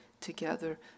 together